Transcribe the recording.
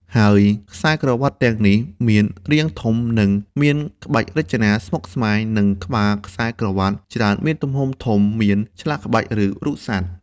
ហើយខ្សែក្រវាត់ទាំងនេះមាន រាងធំ និងមាន ក្បាច់រចនាស្មុគស្មាញ និងក្បាលខ្សែក្រវាត់ច្រើនមានទំហំធំ មានឆ្លាក់ក្បាច់ ឬរូបសត្វ។